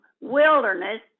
wilderness